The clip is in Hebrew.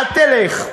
אל תלך,